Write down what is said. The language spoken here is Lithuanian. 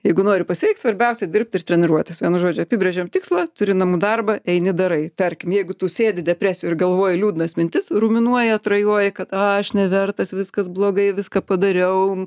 jeigu nori pasiekt svarbiausia dirbt ir treniruotis vienu žodžiu apibrėžėm tikslą turi namų darbą eini darai tarkim jeigu tu sėdi depresijoj ir galvoji liūdnas mintis ruminuoji atrajoji kad aš nevertas viskas blogai viską padariau